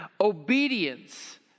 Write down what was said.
Obedience